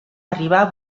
arribar